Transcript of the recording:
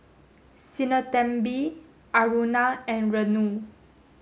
Sinnathamby Aruna and Renu